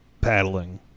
Paddling